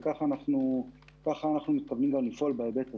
וככה אנחנו גם מתכוונים גם לפעול בהיבט הזה.